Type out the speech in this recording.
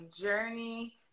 journey